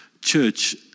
church